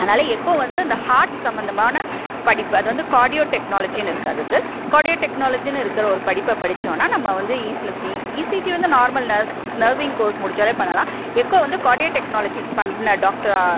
அதனால் எக்கோ வந்து இந்த ஹாட் சம்மந்தமான படிப்பு அது வந்து கார்டியோ டெக்னாலஜினு இருக்குது அதுக்கு கார்டியோ டெக்னாலஜினு இருக்கிற ஒரு படிப்பை படிச்சோம்னா நம்ம வந்து இசிஜி இசிஜி வந்து நார்மல் நர்ஸ் நர்சிங் கோர்ஸ் முடிச்சாலே பண்ணலாம் எக்கோ வந்து கார்டியோ டெக்னாலஜிஸ் பண்ண டாக்ட